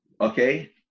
Okay